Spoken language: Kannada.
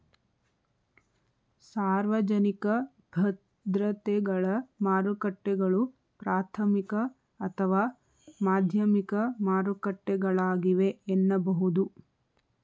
ಸಾರ್ವಜನಿಕ ಭದ್ರತೆಗಳ ಮಾರುಕಟ್ಟೆಗಳು ಪ್ರಾಥಮಿಕ ಅಥವಾ ಮಾಧ್ಯಮಿಕ ಮಾರುಕಟ್ಟೆಗಳಾಗಿವೆ ಎನ್ನಬಹುದು